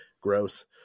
gross